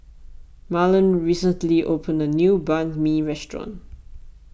Marland recently opened a new Banh Mi restaurant